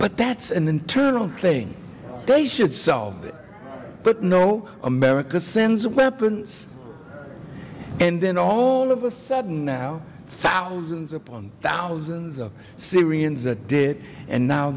but that's an internal thing they should solve it but no america sends weapons and then all of a sudden now thousands upon thousands of syrians that did and now